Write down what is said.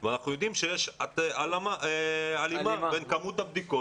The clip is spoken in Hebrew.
אני מוכנה לענות על כל שאלה.